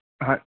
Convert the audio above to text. ਹਾਂ